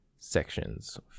Sections